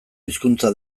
hizkuntza